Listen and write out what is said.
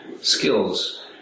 skills